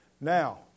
Now